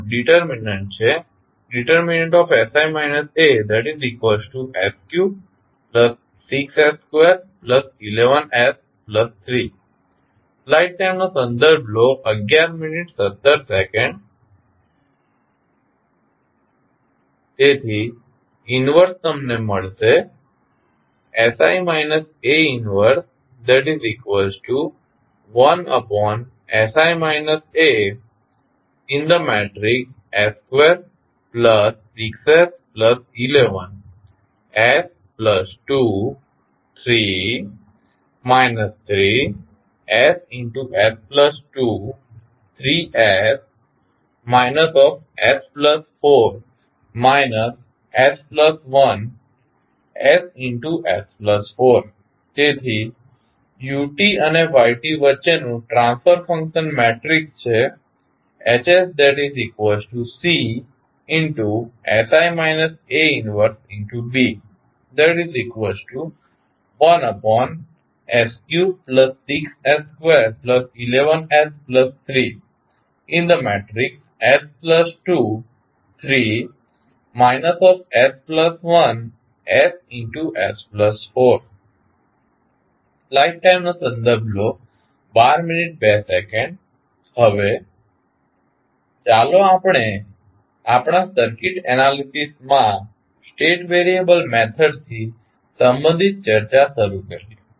નો determinant છે sI As36s211s3 તેથી inverse તમને મળશે તેથી u અને yવચ્ચેનું ટ્રાન્સફર ફંક્શન મેટ્રિક્સ છે હવે ચાલો આપણે આપણા સર્કિટ એનાલિસીસ માં સ્ટેટ વેરિયેબલ મેથડ થી સંબંધિત ચર્ચા શરૂ કરીએ